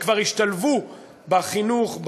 שכבר השתלבו בחינוך,